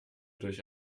durch